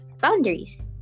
boundaries